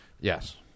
Yes